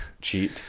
cheat